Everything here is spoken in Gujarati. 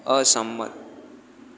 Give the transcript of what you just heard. અસંમત